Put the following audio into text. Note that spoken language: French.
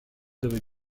devait